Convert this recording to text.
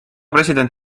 president